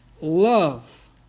love